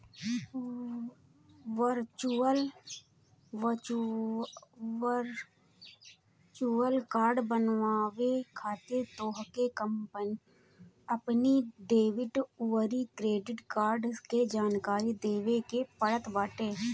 virtual card बनवावे खातिर तोहके अपनी डेबिट अउरी क्रेडिट कार्ड के जानकारी देवे के पड़त बाटे